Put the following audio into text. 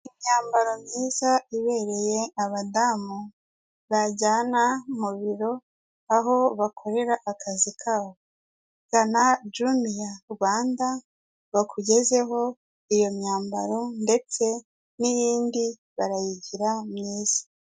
Imyambaro myiza ibereye abadamu bajyana mu biro aho bakorera akazi kabo gana juniya rwanda bakugezeho iyo myambaro ndetse n'iyindi barayigira myiza.